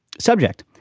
subject.